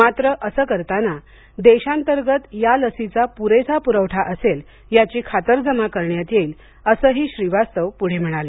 मात्र असे करताना देशांतर्गत या लसीचा पुरेसा पुरवठा असेल याची खातरजमा करण्यात येईल असेही श्रीवास्तव पुढे म्हणाले